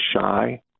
shy